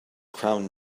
crown